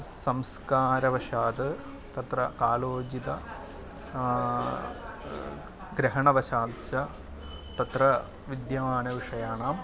संस्कारवशात् तत्र कालोचित ग्रहणवशात् तत्र विद्यमानविषयाणाम्